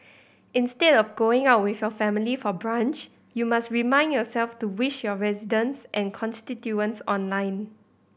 instead of going out with your family for brunch you must remind yourself to wish your residents and constituents online